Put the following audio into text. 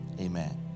amen